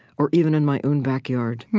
or even in my own backyard.